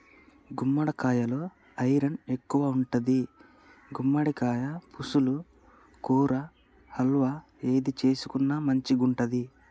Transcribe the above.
గుమ్మడికాలలో ఐరన్ ఎక్కువుంటది, గుమ్మడికాయ పులుసు, కూర, హల్వా ఏది చేసుకున్న మంచిగుంటది